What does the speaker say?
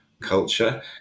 culture